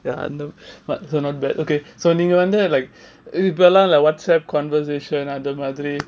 ya அந்த:andha but still not bad okay so நீங்க வந்து:neenga vandhu like whatsapp conversation அந்த மாதிரி:andha madhiri